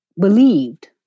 believed